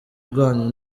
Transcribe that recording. rwanyu